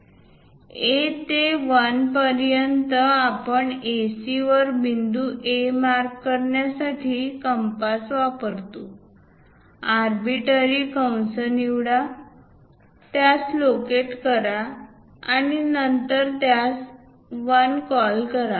A ते 1 पर्यंत आपण AC वर बिंदू 1 मार्क करण्यासाठी कंपास वापरतो आर्बिटरी कंस निवडा त्यास लोकेट करा आणि नंतर यास 1 कॉल करा